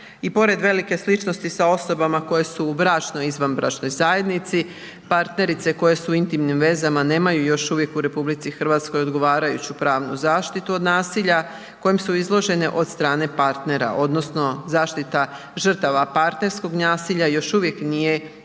i pored velike sličnosti sa osobama koje su u bračnoj i izvanbračnoj zajednici, partnerice koje su u intimnim vezama nemaju još uvijek u RH odgovarajuću pravnu zaštitu od nasilja kojem su izložene od strane partnera, odnosno zaštita žrtava partnerskog nasilja još uvijek nije i